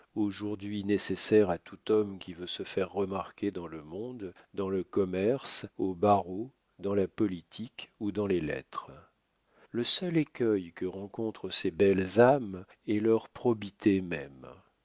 aujourd'hui nécessaires à tout homme qui veut se faire remarquer dans le monde dans le commerce au barreau dans la politique ou dans les lettres le seul écueil que rencontrent ces belles âmes est leur probité même